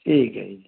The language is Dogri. ठीक ऐ